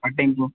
అంటే ఇంకొ